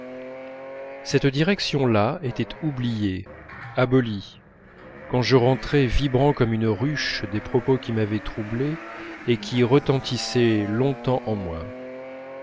cette direction là était oubliée abolie quand je rentrais vibrant comme une ruche des propos qui m'avaient troublé et qui retentissaient longtemps en moi